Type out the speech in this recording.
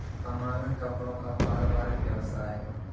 हमारा कपड़ों का पारिवारिक व्यवसाय है